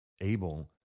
able